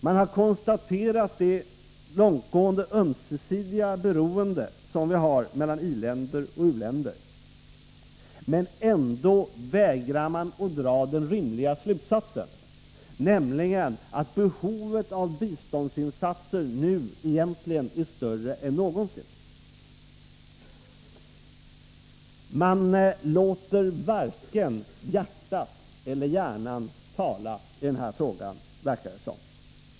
Man har konstaterat det långtgående ömsesidiga beroende som vi har mellan i-länder och u-länder. Ändå vägrar man att dra den rimliga slutsatsen, nämligen att behovet av biståndsinsatser nu egentligen är större än någonsin. Man låter varken hjärtat eller hjärnan tala i den här frågan, verkar det som.